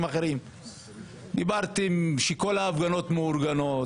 דיברתם שכל ההפגנות מאורגנות,